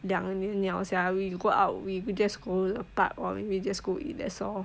两年 liao sia we go out we we just go to the park or we just go eat that's all